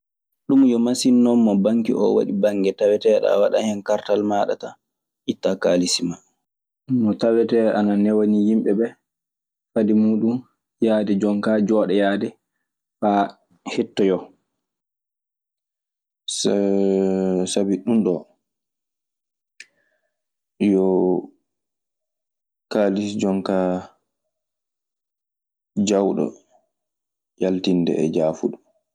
Ɗum yo masin non mo banki oo waɗi bannge. Taweteeɗo a waɗɗan hen kartal maaɗa tan; ittaa kaalissi maa no tawetee ana newanii yimɓe ɓee. Fade muuɗun yahde jon kaa jooɗoyaade faa hettoyoo.